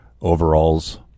overalls